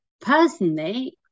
Personally